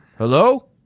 Hello